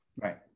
right